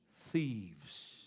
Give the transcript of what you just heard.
thieves